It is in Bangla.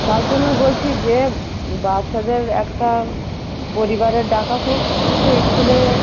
তার জন্য বলছি যে বাচ্ছাদের একটা পরিবারের ডাকা হোক যে স্কুলে